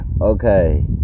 Okay